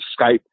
Skype